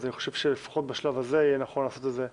אז אני חושב שלפחות בשלב הזה יהיה נכון לעשות את זה כך.